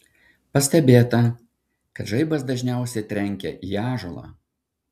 pastebėta kad žaibas dažniausiai trenkia į ąžuolą